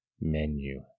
menu